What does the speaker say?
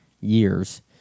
years